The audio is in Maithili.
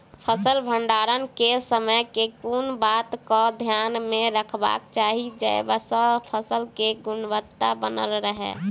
फसल भण्डारण केँ समय केँ कुन बात कऽ ध्यान मे रखबाक चाहि जयसँ फसल केँ गुणवता बनल रहै?